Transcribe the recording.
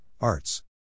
arts